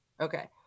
Okay